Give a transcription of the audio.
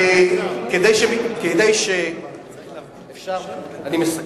אני מסכם.